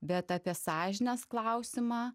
bet apie sąžinės klausimą